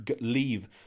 leave